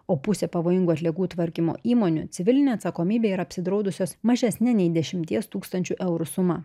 o pusė pavojingų atliekų tvarkymo įmonių civilinė atsakomybė yra apsidraudusios mažesne nei dešimties tūkstančių eurų suma